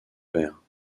père